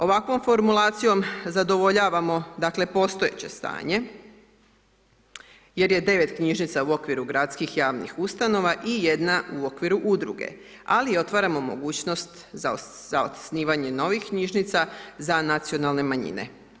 Ovakvom formulacijom zadovoljavamo postojeće stanje jer je 9 knjižnica u okviru gradskih javnih ustanova i jedna u okviru udruge, ali i otvaramo mogućnost za osnivanje novih knjižnica za nacionalne manjine.